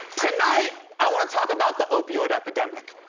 tonight, i want to talk about the opioid epidemic.